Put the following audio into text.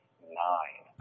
nine